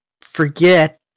forget